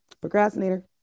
Procrastinator